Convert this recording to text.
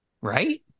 Right